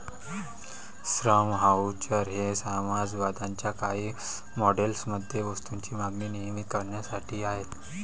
श्रम व्हाउचर हे समाजवादाच्या काही मॉडेल्स मध्ये वस्तूंची मागणी नियंत्रित करण्यासाठी आहेत